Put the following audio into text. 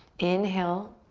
inhale.